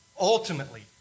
Ultimately